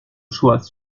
choix